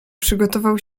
przygotował